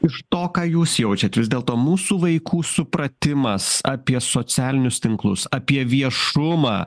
iš to ką jūs jaučiat vis dėlto mūsų vaikų supratimas apie socialinius tinklus apie viešumą